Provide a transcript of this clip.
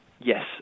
Yes